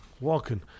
walking